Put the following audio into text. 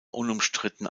unumstritten